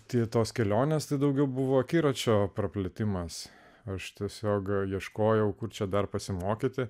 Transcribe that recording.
tik tos kelionės daugiau buvo akiračio praplėtimas aš tiesiog ieškojau kur čia dar pasimokyti